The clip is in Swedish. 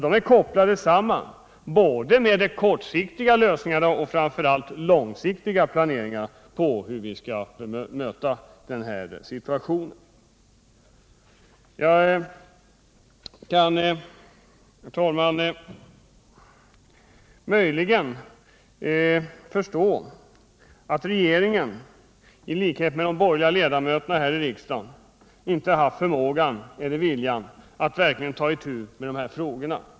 De förslagen är sammankopplade med de kortsiktiga lösningarna och framför allt med de långsiktiga planeringarna för hur vi skall möta den här situationen. Jag kan, herr talman, möjligen förstå att regeringen i likhet med de borgerliga ledamöterna här i riksdagen inte haft förmågan eller viljan att verkligen ta itu med dessa frågor.